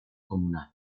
comunal